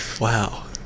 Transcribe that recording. Wow